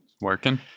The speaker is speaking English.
Working